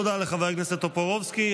תודה לחבר הכנסת טופורובסקי.